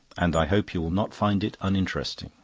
and i hope you will not find it uninteresting,